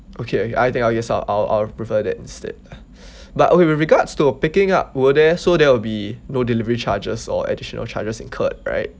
okay okay I think I'll just uh I'll I'll prefer that instead but okay with regards to uh picking up were there so there will be no delivery charges or additional charges incurred right